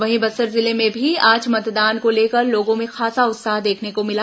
वहीं बस्तर जिले में भी आज मतदान को लेकर लोगों में खासा उत्साह देखने को मिला